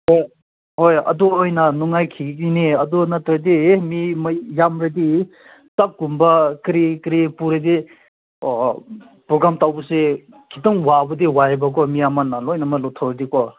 ꯍꯣꯏ ꯍꯣꯏ ꯑꯗꯨ ꯑꯣꯏꯅ ꯅꯨꯡꯉꯥꯏꯈꯤꯒꯅꯤ ꯑꯗꯨ ꯅꯠꯇ꯭ꯔꯗꯤ ꯃꯤ ꯌꯥꯝꯂꯗꯤ ꯇꯞꯀꯨꯝꯕ ꯀꯔꯤ ꯀꯔꯤ ꯄꯨꯔꯗꯤ ꯄ꯭ꯔꯣꯒ꯭ꯔꯥꯝ ꯇꯧꯕꯁꯦ ꯈꯤꯇꯪ ꯋꯥꯕꯗꯤ ꯋꯥꯏꯌꯦꯕꯀꯣ ꯃꯤ ꯑꯃꯅ ꯂꯣꯏꯅꯃꯛ ꯂꯧꯊꯣꯛꯂꯗꯤꯀꯣ